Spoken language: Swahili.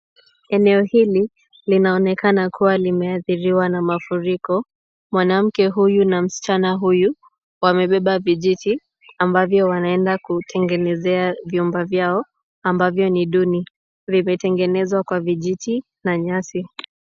Eneo hili linaonekana kuwa limeathiriwa na mafuriko. Mwanamke huyu na msichana huyu, wamebeba vijiti ambavyo wanaenda kutengenezea vyumba vyao ambavyo ni duni. Vimetengenezwa kwa vijiti na nyasi.